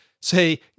say